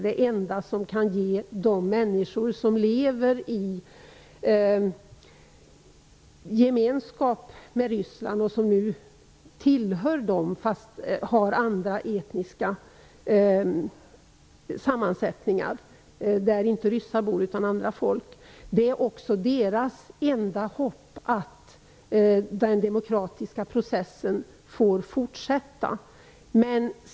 Det enda hoppet för människor som icke är ryssar utan av annat etniskt ursprung men som bor i områden som tillhörde det forna Sovjetunionen är att demokratiseringsprocessen får fortsätta.